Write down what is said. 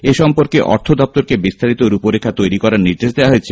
এসম্পর্কে অর্থ দপ্তরকে বিস্তারিত রূপরেখা তৈরি করার নির্দেশ দেওয়া হয়েছে